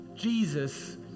Jesus